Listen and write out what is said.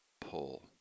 pull